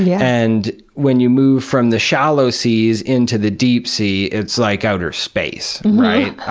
yeah and when you move from the shallow seas into the deep sea, it's like outer space.